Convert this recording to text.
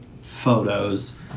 photos